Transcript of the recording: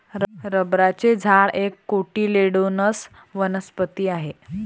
रबराचे झाड एक कोटिलेडोनस वनस्पती आहे